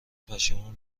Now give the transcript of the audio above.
پشیمون